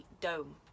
dome